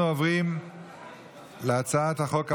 אנחנו עוברים להצעת החוק הבאה,